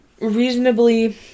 Reasonably